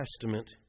Testament